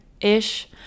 ish